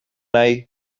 nahi